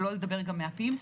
שלא לדבר מה-PIMS,